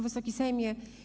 Wysoki Sejmie!